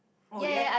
oh did I